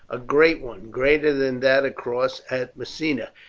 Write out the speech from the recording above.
a great one, greater than that across at messina,